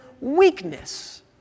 weakness